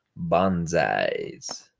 bonsais